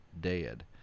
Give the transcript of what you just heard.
dead